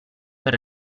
per